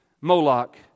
Moloch